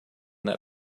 that